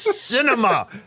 cinema